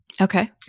Okay